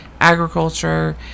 agriculture